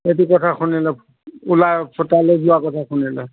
এইটো কথা শুনিলে ওলাই ফুতালৈ যোৱাৰ কথা শুনিলে